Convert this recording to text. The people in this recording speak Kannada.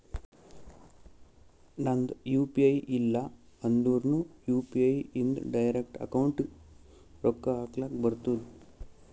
ನಂದ್ ಯು ಪಿ ಐ ಇಲ್ಲ ಅಂದುರ್ನು ಯು.ಪಿ.ಐ ಇಂದ್ ಡೈರೆಕ್ಟ್ ಅಕೌಂಟ್ಗ್ ರೊಕ್ಕಾ ಹಕ್ಲಕ್ ಬರ್ತುದ್